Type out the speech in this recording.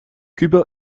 cuba